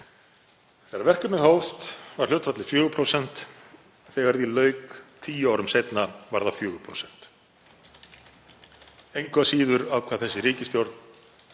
Þegar verkefnið hófst var hlutfallið 4% og þegar því lauk tíu árum seinna var það 4%. Engu að síður ákvað þessi ríkisstjórn